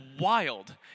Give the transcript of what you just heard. wild